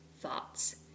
thoughts